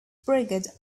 brigade